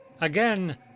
again